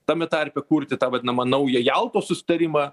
tame tarpe kurti tą vadinamą naują jaltos susitarimą